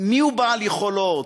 מיהו בעל יכולות,